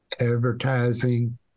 advertising